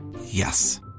Yes